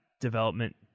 development